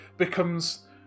becomes